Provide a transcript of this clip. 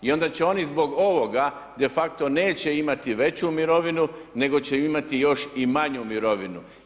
I onda će oni zbog ovoga, de facto neće imati veću mirovinu nego će imati još i manju mirovinu.